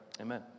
amen